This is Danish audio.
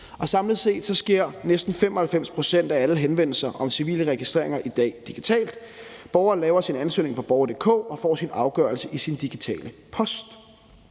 Samlet set sker næsten 95 pct. af alle henvendelser om civile registreringer i dag digitalt. Borgeren laver sin ansøgning på borger.dk og får sin afgørelse i Digital Post.